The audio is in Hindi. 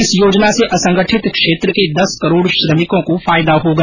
इस योजना से असंगठित क्षेत्र के दस करोड श्रमिकों को फायदा होगा